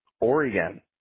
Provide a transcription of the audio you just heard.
Oregon